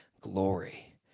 glory